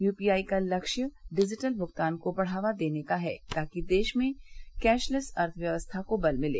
UPI का लक्ष्य digital भुगतान को बढ़ावा देने का है ताकि देश में कैशलेस अर्थव्यवस्था को बल मिले